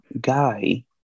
guy